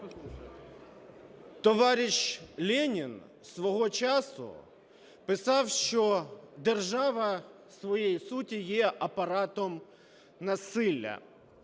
Товариш Ленін свого часу, писав, що держава в своїй суті є апаратом насилля.